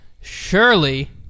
surely